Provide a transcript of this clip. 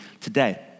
today